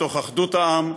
מתוך אחדות העם,